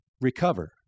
recover